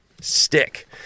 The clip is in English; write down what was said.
stick